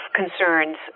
concerns